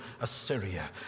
Assyria